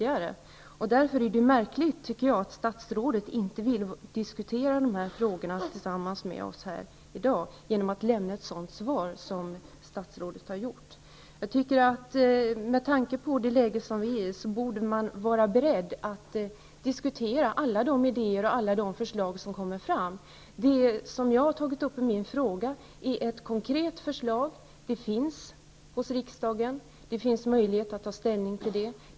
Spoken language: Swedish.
Genom att lämna ett sådant svar som statsrådet har gjort, visar statsrådet att han inte vill diskutera dessa frågor med oss här i dag, vilket jag finner märkligt. Med tanke på det läge som vi befinner oss i, borde man vara beredd att diskutera alla de idéer och alla de förslag som kommer fram. Förslaget som jag har pekat på i min fråga är konkret. Det finns hos riksdagenn som har möjlighet att ta ställning till det.